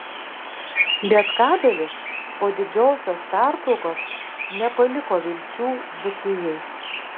lietkabelis po didžiosios pertraukos nepaliko vilčių dzūkijai